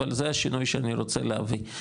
אבל זה השינוי שאני רוצה להביא'.